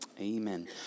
Amen